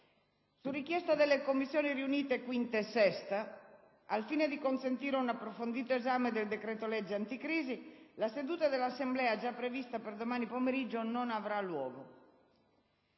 su richiesta delle Commissioni riunite 5a e 6a, al fine di consentire un approfondito esame del decreto-legge anticrisi, la seduta dell'Assemblea prevista per domani pomeriggio non avrà luogo.